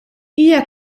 hija